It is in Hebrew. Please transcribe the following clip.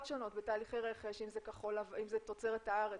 שונות בתהליכי רכש אם זה תוצרת הארץ,